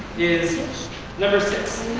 is number six.